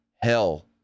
hell